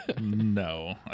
No